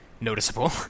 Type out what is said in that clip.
noticeable